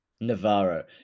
Navarro